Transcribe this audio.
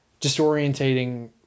disorientating